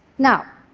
now,